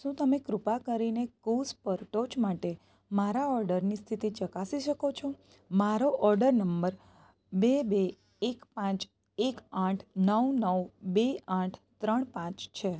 શું તમે કૃપા કરીને કૂવ્સ પર ટોર્ચ માટે મારા ઓર્ડરની સ્થિતિ ચકાસી શકો છો મારો ઓર્ડર નંબર બે બે એક પાંચ એક આઠ નવ નવ બે આઠ ત્રણ પાંચ છે